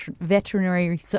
Veterinary